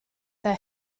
their